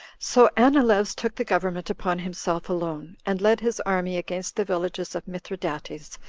so anileus took the government upon himself alone, and led his army against the villages of mithridates,